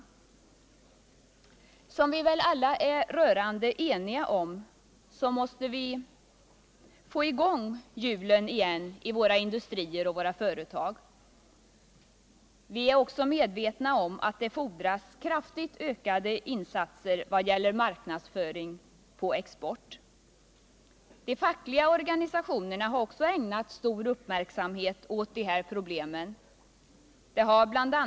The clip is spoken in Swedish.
Som vi väl alla är rörande eniga om måste vi få i gång hjulen igen i våra industrier och företag. Vi är också medvetna om att det fordras kraftigt ökade insatser i vad gäller marknadsföring på exportsidan. De fackliga organisationerna har också ägnat stor uppmärksamhet ät dessa problem. Det har bl.